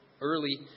early